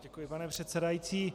Děkuji, pane předsedající.